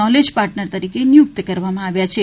knowledge partner તરીકે નિયુક્ત કરવામા આવ્યા છે